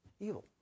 Evil